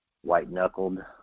white-knuckled